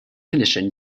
condition